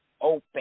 open